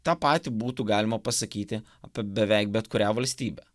tą patį būtų galima pasakyti apie beveik bet kurią valstybę